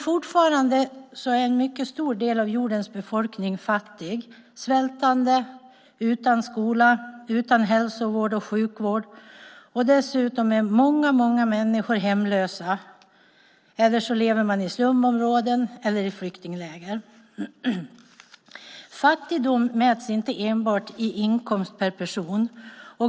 Fortfarande är dock en mycket stor del av jordens befolkning fattig, svältande, utan skola och utan hälso och sjukvård. Dessutom är många, många människor hemlösa eller lever i slumområden och flyktingläger. Fattigdom mäts inte enbart i inkomst per person.